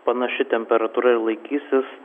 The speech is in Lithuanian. panaši temperatūra ir laikysis